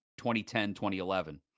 2010-2011